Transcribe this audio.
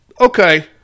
okay